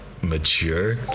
mature